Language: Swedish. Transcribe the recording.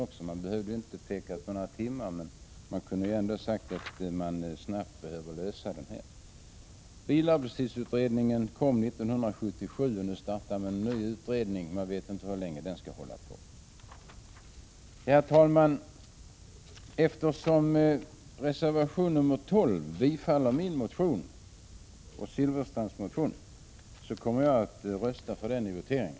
Man behövde inte ha uttalat sig om antalet timmar, man kunde ha sagt att frågan snabbt bör lösas. Bilarbetstidsutredningen kom 1977. Nu startar en ny utredning, och vi vet inte hur länge den kommer att hålla på. Herr talman! Eftersom reservation 12 tillstyrker Bengt Silfverstrands och min motion kommer jag att rösta på den i voteringen.